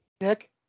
nick